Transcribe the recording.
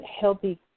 healthy